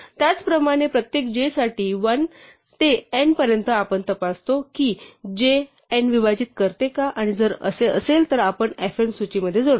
त्याचप्रमाणे प्रत्येक j साठी 1 ते n पर्यंत आपण तपासतो की j n विभाजित करते का आणि जर असेल तर आपण fn सूचीमध्ये जोडतो